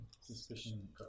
suspicion